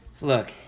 Look